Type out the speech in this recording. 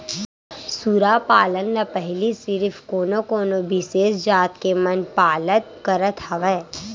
सूरा पालन ल पहिली सिरिफ कोनो कोनो बिसेस जात के मन पालत करत हवय